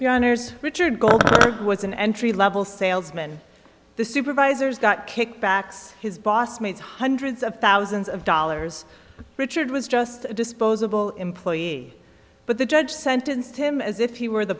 honors richard goldberg was an entry level salesman the supervisors got kickbacks his boss made hundreds of thousands of dollars richard was just a disposable employee but the judge sentenced him as if he were the